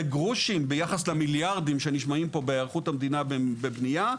זה גרושים ביחס למיליארדים שנשמעים פה בהיערכות המדינה בבנייה,